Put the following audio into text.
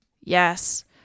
Yes